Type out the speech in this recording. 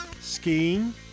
skiing